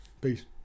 Peace